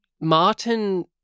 Martin